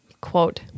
Quote